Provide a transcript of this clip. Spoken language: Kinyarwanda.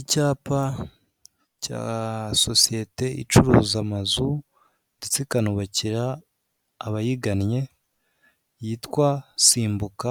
Icyapa cya sosiyete icuruza amazu ndetse ikanubakira abayigannye yitwa simbuka